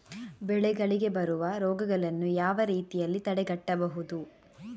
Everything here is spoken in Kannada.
ಬೆಳೆಗಳಿಗೆ ಬರುವ ರೋಗಗಳನ್ನು ಯಾವ ರೀತಿಯಲ್ಲಿ ತಡೆಗಟ್ಟಬಹುದು?